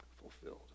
fulfilled